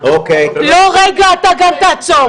--- לא, רגע, אתה גם תעצור.